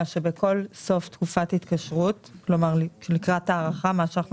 שבכל סוף תקופת התקשרות כלומר לקראת הארכה מה שאנחנו